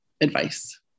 advice